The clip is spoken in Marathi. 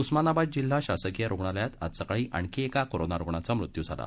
उस्मानाबाद जिल्हा शासकीय रुग्णालयात आज सकाळी आणखी एका कोरोना रुग्णाचा मृत्यू झाला